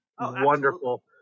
wonderful